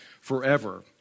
forever